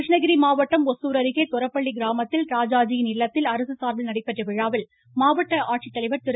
கிருஷ்ணகிரி மாவட்டம் ஒசூர் அருகே தொரப்பள்ளி கிராமத்தில் ராஜாஜியின் இல்லத்தில் அரசு சார்பில் நடைபெற்ற விழாவில் மாவட்ட ஆட்சித்தலைவர் திரு